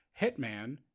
Hitman